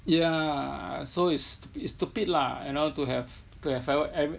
yeah so it's it's stupid lah and all to have to have fireworks